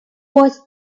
was